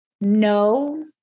no